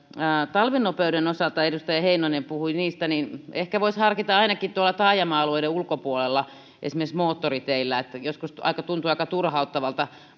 talvinopeuden osalta edustaja heinonen puhui niistä ehkä voisi harkita ainakin tuolla taajama alueiden ulkopuolella esimerkiksi moottoriteillä joskus tuntuu aika turhauttavalta